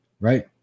right